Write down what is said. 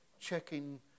checking